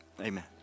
Amen